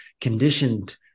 conditioned